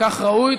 כך ראוי.